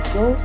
go